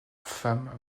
femme